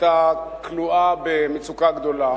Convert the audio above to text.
היתה כלואה במצוקה גדולה,